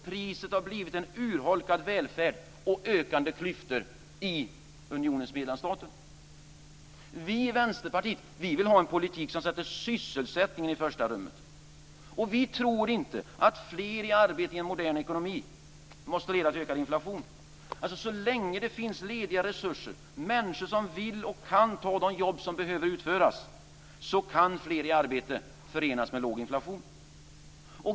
Priset har blivit en urholkad välfärd och ökande klyftor i unionens medlemsstater. Vi i Vänsterpartiet vill ha en politik som sätter sysselsättningen i första rummet. Vi tror inte att fler i arbete i en modern ekonomi måste leda till ökad inflation. Så länge det finns lediga resurser, människor som vill och kan ta de jobb som behöver utföras, kan fler i arbete förenas med låg inflation.